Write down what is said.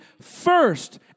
first